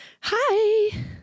Hi